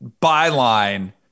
byline